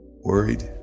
worried